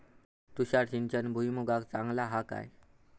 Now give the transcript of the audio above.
तुषार सिंचन भुईमुगाक चांगला हा काय?